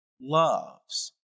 loves